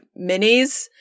minis